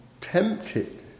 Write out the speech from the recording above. tempted